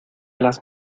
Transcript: las